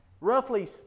roughly